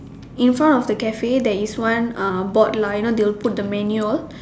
in front of the cafe there is one uh board lah you know they will put the menu all